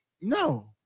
No